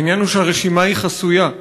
העניין הוא שהרשימה חסויה,